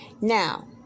Now